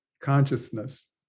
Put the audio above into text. consciousness